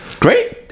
Great